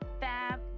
fab